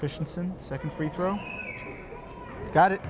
christianson second free throw got it